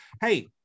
Hey